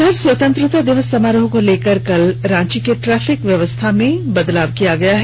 इधर स्वतंत्रता दिवस समारोह को लेकर कल रांची के ट्रैफिक व्यवस्था में बदलाव किया गया है